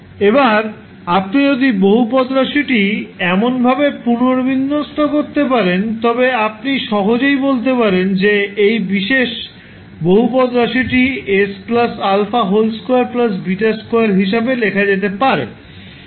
এবার আপনি যদি বহুপদ রাশিটি এমনভাবে পুনর্বিন্যস্ত করতে পারেন তবে আপনি সহজেই বলতে পারেন যে এই বিশেষ বহুপদ রাশিটি 𝑠 𝛼2 𝛽2 হিসাবে লেখা যেতে পারে